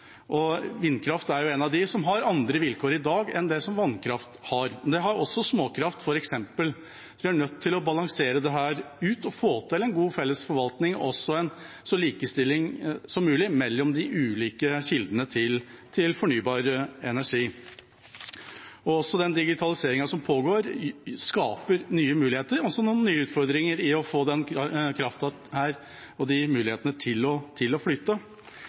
Vindkraft har i dag andre vilkår enn vannkraft, men det har også f.eks. småkraft. Vi er nødt til å balansere dette og få til en god felles forvaltning og så mye likestilling som mulig mellom de ulike kildene til fornybar energi. Digitaliseringen som pågår, skaper nye muligheter og også nye utfordringer i å få kraften og mulighetene til å flyte. Hvordan regjeringa tenker om rammeplanen for vind, får vi komme tilbake til. Jeg håper regjeringa legger til